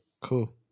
Cool